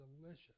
delicious